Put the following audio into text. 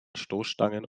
stoßstangen